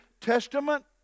Testament